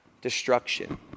destruction